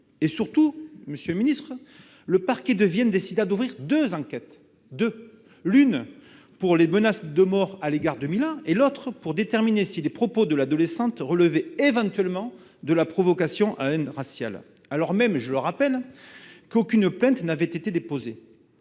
... Surtout, le parquet de Vienne décida d'ouvrir deux enquêtes : l'une sur les menaces de mort à l'égard de Mila et l'autre pour déterminer si les propos de l'adolescente relevaient éventuellement de la provocation à la haine raciale alors même, je le rappelle, qu'aucune plainte n'avait été déposée.